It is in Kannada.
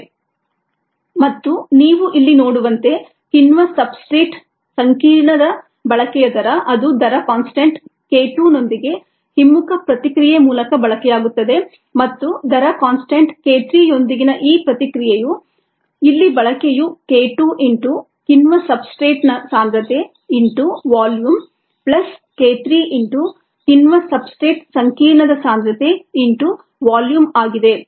rgES k1 E S V ಮತ್ತು ನೀವು ಇಲ್ಲಿ ನೋಡುವಂತೆ ಕಿಣ್ವ ಸಬ್ಸ್ಟ್ರೇಟ್ ಸಂಕೀರ್ಣದ ಬಳಕೆಯ ದರ ಅದು ದರ ಕಾನ್ಸ್ಟಂಟ್ k 2 ನೊಂದಿಗೆ ಹಿಮ್ಮುಖ ಪ್ರತಿಕ್ರಿಯೆ ಮೂಲಕ ಬಳಕೆಯಾಗುತ್ತದೆ ಮತ್ತು ದರ ಕಾನ್ಸ್ಟಂಟ್ k 3 ಯೊಂದಿಗಿನ ಈ ಪ್ರತಿಕ್ರಿಯೆಯು ಇಲ್ಲಿ ಬಳಕೆಯು k 2 ಇಂಟು ಕಿಣ್ವ ಸಬ್ಸ್ಟ್ರೇಟ್ನ ಸಾಂದ್ರತೆ into volume plus k 3 into ಕಿಣ್ವ ಸಬ್ಸ್ಟ್ರೇಟ್ ಸಂಕೀರ್ಣದ ಸಾಂದ್ರತೆ ಇಂಟು ವಾಲ್ಯೂಮ್ ಆಗಿದೆ